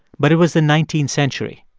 but it was the nineteenth century.